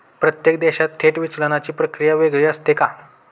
प्रत्येक देशात थेट विचलनाची प्रक्रिया वेगळी असते का?